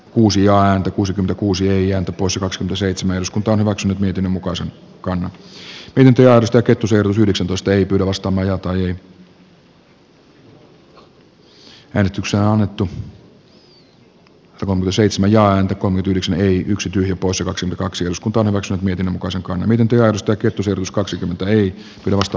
kuusi ääntä kuusi kuusi eija pusila ksml seitsemän sc ajanut kunnat valtionosuusleikkauksilla niin ahtaalle että ne joutuvat kiristämän verotusta karsimaan palveluja ja antakoon nyt yhdeksän ei yksityinen posivaksemme kaksi uskontomenoissa mietin onko sak on miten teosta kettusen plus kaksikymmentä ei tunnusta